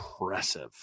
impressive